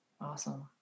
awesome